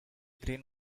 green